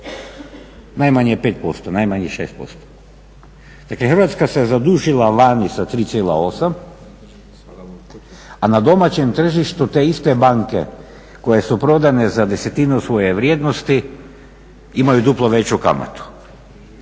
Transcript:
Najmanje 5%, najmanje 6%. Dakle, Hrvatska se zadužila vani sa 3,8 a na domaćem tržištu te iste banke koje su prodane za desetinu svoje vrijednosti imaju duplo veću kamatu.